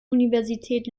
universität